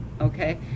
okay